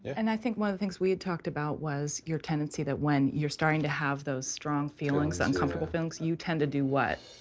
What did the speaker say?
and i think one of the things we had talked about was your tendency that when you're starting to have those strong feelings, uncomfortable feelings, you tend to do what?